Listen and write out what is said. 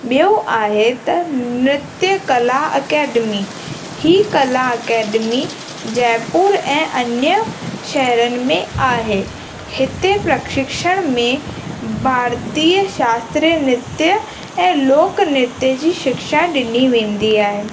ॿियो आहे त नृत्य कला अकेडमी हीअ कला अकेडमी जयपुर ऐं अन्य शहरनि में आहे हिते प्रक्षिशण में भारतीय शास्त्र नृत्य ऐं लोक नृत्य जी शिक्षा ॾिनी वेंदी आहे